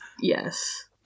Yes